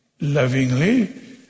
lovingly